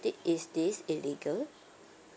this is this illegal